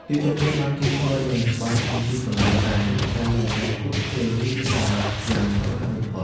TikTok ត្រូវបានគេស្គាល់យ៉ាងច្បាស់ថាជាកន្លែងដែល និន្នាការ និង ការប្រកួតប្រជែង រីករាលដាលយ៉ាងឆាប់រហ័សបំផុត។